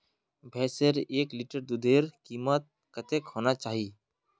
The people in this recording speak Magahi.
भैंसेर एक लीटर दूधेर कीमत कतेक होना चही?